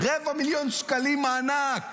0.25 מיליון שקלים מענק.